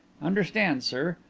understand, sir.